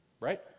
Right